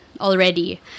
already